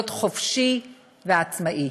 להיות חופשי ועצמאי.